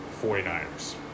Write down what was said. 49ers